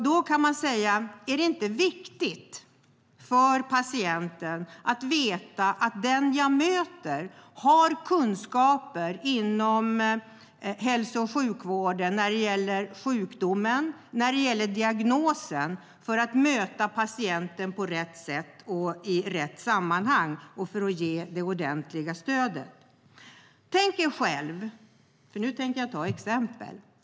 Är det då inte viktigt för patienten att veta att den som hon eller han möter har kunskaper inom hälso och sjukvården när det gäller sjukdomen och diagnosen för att kunna möta patienten på rätt sätt och i rätt sammanhang och för att ge det ordentliga stödet? Nu tänker jag ta några exempel.